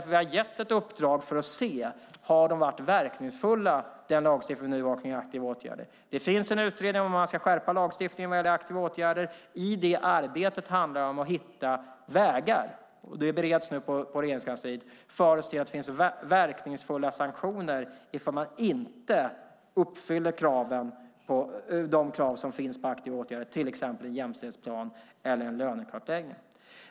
Vi har gett uppdrag för att se om den lagstiftning vi har kring aktiva åtgärder har varit verkningsfull. Det finns en utredning om att skärpa lagstiftningen vad gäller aktiva åtgärder. I det arbetet handlar det om att hitta vägar. Detta bereds nu på Regeringskansliet för att se till att det finns verkningsfulla sanktioner ifall man inte uppfyller de krav som finns på aktiva åtgärder, till exempel en jämställdhetsplan eller en lönekartläggning.